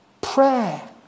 prayer